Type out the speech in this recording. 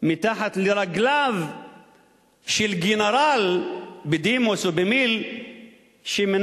מתחת לרגליו של גנרל בדימוס או במיל' שמינה